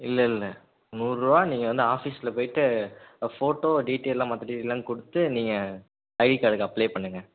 இல்லைல்ல நூறுரூவா நீங்கள் வந்து ஆஃபீஸில் போயிவிட்டு ஃபோட்டோ டீட்டெயில்லாம் மற்ற டீட்டெயில்லாம் கொடுத்து நீங்கள் ஐடி கார்டுக்கு அப்ளை பண்ணுங்கள்